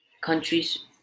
countries